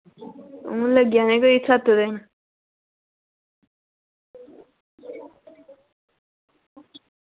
लग्गी जाने कोई सत्त दिन